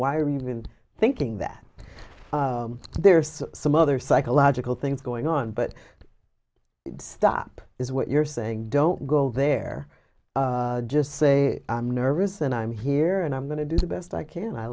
you even thinking that there's some other psychological things going on but stop is what you're saying don't go there just say i'm nervous and i'm here and i'm going to do the best i can i